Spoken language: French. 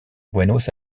buenos